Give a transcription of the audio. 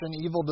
evil